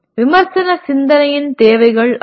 விமர்சன சிந்தனையின் தேவைகள் அது